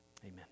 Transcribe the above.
amen